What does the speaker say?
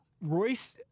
Royce